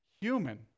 human